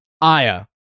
Aya